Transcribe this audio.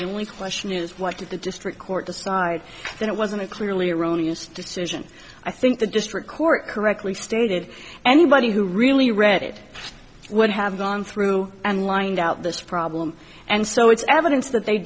we question is what did the district court decide that it wasn't a clearly erroneous decision i think the district court correctly stated anybody who really read it would have gone through and lined out this problem and so it's evidence that they